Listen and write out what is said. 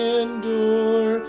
endure